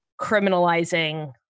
criminalizing